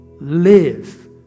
live